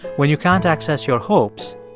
when you can't access your hopes,